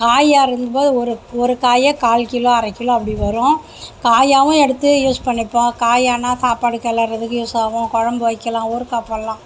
காயாக இருக்கும்போது ஒரு ஒரு காயே கால் கிலோ அரை கிலோ அப்படி வரும் காயாகவும் எடுத்து யூஸ் பண்ணிப்போம் காயானா சாப்பாடு கிளறுறதுக்கு யூஸ் ஆகும் குழம்பு வைக்கலாம் ஊறுகாய் போடலாம்